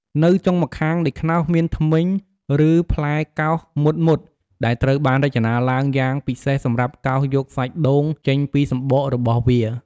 នៅចុងម្ខាងនៃខ្នោសមានធ្មេញ ឬផ្លែកោសមុតៗ ដែលត្រូវបានរចនាឡើងយ៉ាងពិសេសសម្រាប់កោសយកសាច់ដូងចេញពីសម្បករបស់វា។